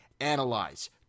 analyze